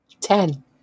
Ten